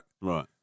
Right